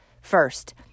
first